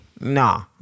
Nah